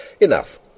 Enough